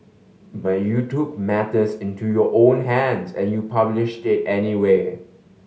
but you took matters into your own hands and you published it anyway